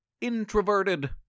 introverted